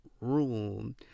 room